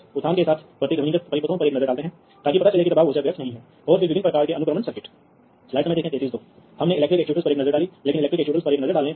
तो यह स्थानीय नियंत्रक के भीतर डिजिटल इलेक्ट्रॉनिक्स का उपयोग करके सभी डिजिटल रूप से किया जाता है